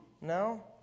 no